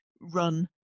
run